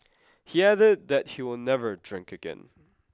he added that he will never drink again